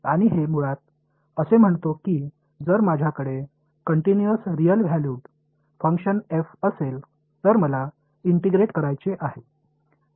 आणि हे मुळात असे म्हणतो की जर माझ्याकडे continuous real valued function f असेल तर मला इंटिग्रेट करायचे आहे